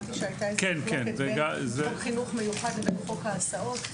הבנתי שהייתה מחלוקת בין חוק חינוך המיוחד לבין חוק ההסעות.